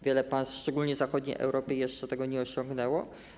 Wiele państw, szczególnie zachodniej Europy, jeszcze tego nie osiągnęło.